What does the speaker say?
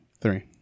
Three